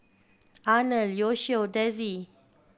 Arnold Yoshio Dezzie